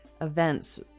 events